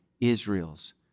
Israel's